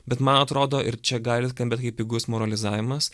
bet man atrodo ir čia gali skambėt kaip pigus moralizavimas